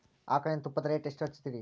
ಆಕಳಿನ ತುಪ್ಪದ ರೇಟ್ ಎಷ್ಟು ಇರತೇತಿ ರಿ?